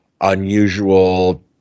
unusual